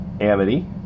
Amity